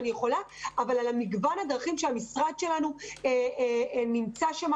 מגוון הדרכים שהמשרד שלנו נמצא שם